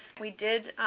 we did